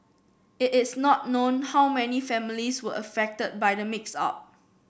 it is not known how many families were affected by the mix up